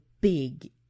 big